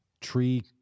tree